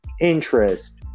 interest